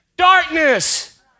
darkness